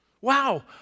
wow